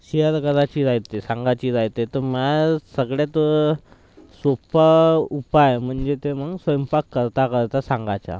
share करायची राहते सांगायची राहते तर माझा सगळ्यात सोपा उपाय म्हणजे ते मग स्वयंपाक करता करता सांगायचा